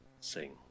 sing